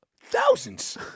thousands